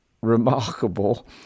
Remarkable